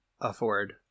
afford